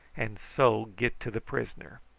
and so get to the prisoner.